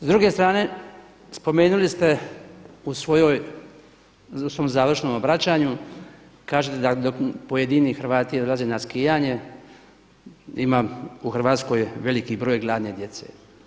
S druge strane spomenuli ste u svojoj, završnom obraćanju, kažete da dok pojedini Hrvati odlaze na skijanje, ima u Hrvatskoj veliki broj gladne djece.